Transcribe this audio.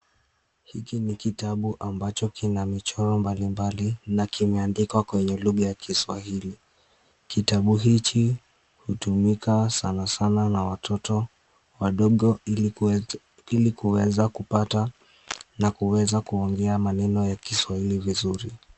Hiki ni kitabu ambacho kina michoro mbali mbali na kimeandikwa kwenye lugha ya kiswahili, kitabu hichi hutumika sana sana na watoto wadogo ilikuweza kupata na kuweza kuongea maneno ya kiswahili vizuri.